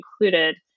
included